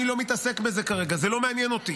אני לא מתעסק בזה כרגע, זה לא מעניין אותי.